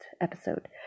episode